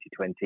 2020